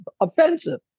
offensive